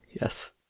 Yes